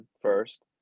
first